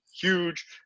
huge